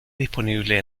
disponible